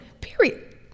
period